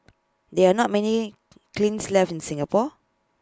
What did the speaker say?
there are not many clings left in Singapore